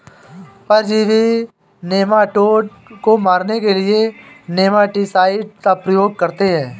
परजीवी नेमाटोड को मारने के लिए नेमाटीसाइड का प्रयोग करते हैं